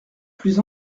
plus